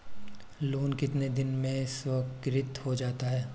Loan कितने दिन में स्वीकृत हो जाता है?